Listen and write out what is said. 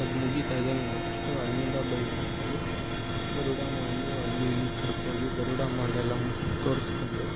ಅದು ಮುಗಿತಾಯಿದ್ದಂಗೆ ನೆಕ್ಸ್ಟು ಅಲ್ಲಿಂದ ಬೈ ವಾಕಲ್ಲಿ ಗರುಡ ಮಾಲು ಅಲ್ಲಿ ಇಲ್ಲಿ ಕರ್ಕೋಗಿ ಗರುಡ ಮಾಲ್ ಎಲ್ಲ ತೋರಿಸ್ಕೊಂಡು